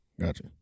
Gotcha